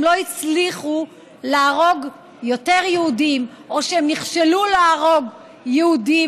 לא הצליחו להרוג יותר יהודים או שהם נכשלו בלהרוג יהודים,